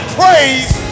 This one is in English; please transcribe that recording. praise